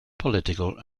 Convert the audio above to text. political